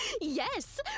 Yes